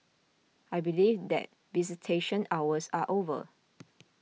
I believe that visitation hours are over